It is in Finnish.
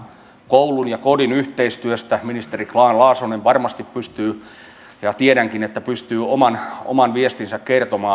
koulun ja kodin yhteistyöstä ministeri grahn laasonen varmasti pystyy ja tiedänkin että pystyy oman viestinsä kertomaan